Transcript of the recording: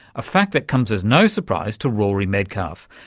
a fact that comes as no surprise to rory medcalf,